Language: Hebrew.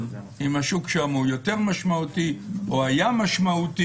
אם השוק שם הוא יותר משמעותי או היה משמעותי,